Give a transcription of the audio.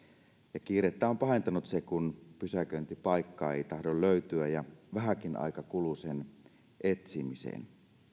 ja kiirettä on pahentanut se kun pysäköintipaikkaa ei tahdo löytyä ja vähäkin aika kuluu sen etsimiseen